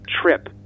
trip